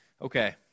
Okay